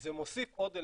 זה מוסיף עוד אלמנט,